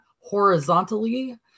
horizontally